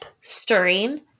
Stirring